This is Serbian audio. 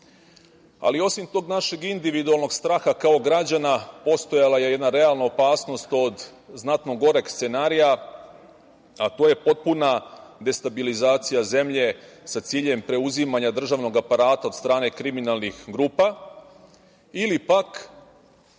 ali osim tog našeg individualnog straha kao građana postojala je jedna realna opasnost od znatno goreg scenarija, a to je potpuna destabilizacija zemlje sa ciljem preuzimanja državnog aparata od strane kriminalnih grupa ili pak,